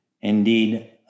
Indeed